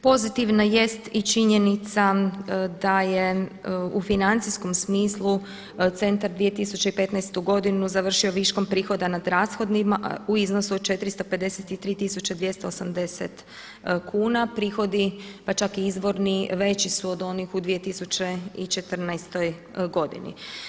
Pozitivna jest i činjenica da je u financijskom smislu centar 2015. godinu završio viškom prihoda nad rashodima u iznosu od 453 280 kuna, prihodi pa čak i izvorni veći su od onih u 2014. godini.